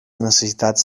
necessitats